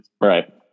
Right